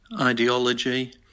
ideology